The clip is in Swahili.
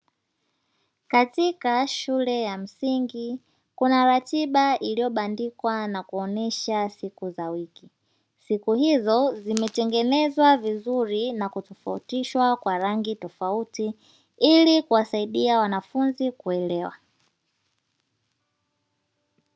Katika shule ya msingi kuna ratiba iliyobandikwa na kuonyesha siku za wiki. Siku hizo zimetengenezwa vizuri na kutofautishwa kwa rangi tofauti, ili kuwasaidia wanafunzi kuelewa.